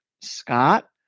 Scott